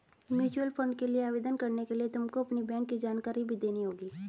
mutual fund के लिए आवेदन करने के लिए तुमको अपनी बैंक की जानकारी भी देनी होगी